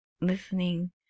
listening